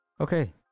Okay